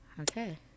Okay